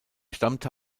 stammte